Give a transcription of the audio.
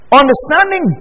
understanding